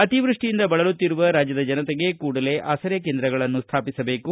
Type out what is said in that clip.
ಅತಿವೃಷ್ಟಿಯಿಂದ ಬಳಲುತ್ತಿರುವ ರಾಜ್ಞದ ಜನತೆಗೆ ಕೂಡಲೇ ಆಸರೆ ಕೇಂದ್ರಗಳನ್ನು ಸ್ವಾಪಿಸಬೇಕು